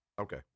Okay